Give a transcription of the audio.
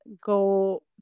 go